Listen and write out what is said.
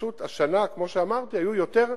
פשוט השנה כמו שאמרתי היו יותר,